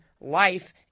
life